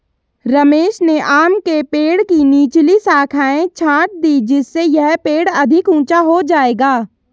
रमेश ने आम के पेड़ की निचली शाखाएं छाँट दीं जिससे यह पेड़ अधिक ऊंचा हो जाएगा